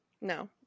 no